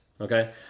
Okay